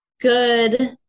good